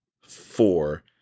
four